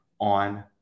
on